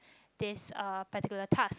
this uh particular task